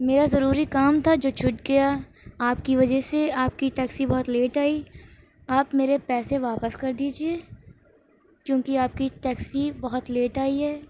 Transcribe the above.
میرا ضروری کام تھا جو چھوٹ گیا آپ کی وجہ سے آپ کی ٹیکسی بہت لیٹ آئی آپ میرے پیسے واپس کر دیجیے کیونکہ آپ کی ٹیکسی بہت لیٹ آئی ہے